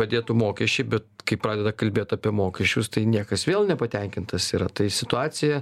padėtų mokesčiai bet kai pradeda kalbėt apie mokesčius tai niekas vėl nepatenkintas yra tai situacija